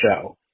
show